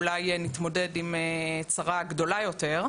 אולי נתמודד עם צרה גדולה יותר,